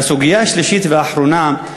והסוגיה השלישית והאחרונה: